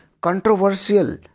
controversial